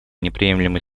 неприемлемой